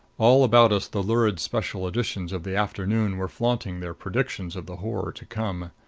all about us the lurid special editions of the afternoon were flaunting their predictions of the horror to come.